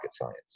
science